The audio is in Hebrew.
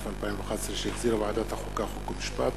התשע"א 2011, שהחזירה ועדת החוקה, חוק ומשפט,